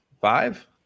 five